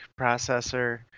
processor